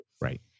Right